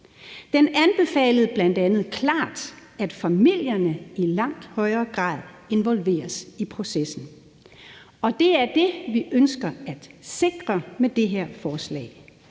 Den anbefalede bl.a. klart, at familierne i langt højere grad involveres i processen, og det er det, vi ønsker at sikre med det her forslag,